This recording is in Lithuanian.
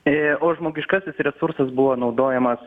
o žmogiškasis resursas buvo naudojamas